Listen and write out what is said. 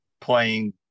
playing